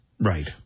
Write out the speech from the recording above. Right